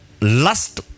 lust